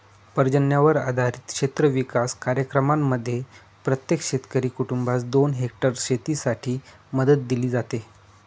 पर्जन्यावर आधारित क्षेत्र विकास कार्यक्रमांमध्ये प्रत्येक शेतकरी कुटुंबास दोन हेक्टर शेतीसाठी मदत दिली जाते